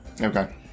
okay